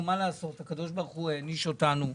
מה לעשות, הקדוש ברוך הוא העניש אותנו,